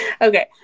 okay